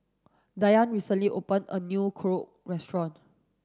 Dayne recently opened a new Korokke restaurant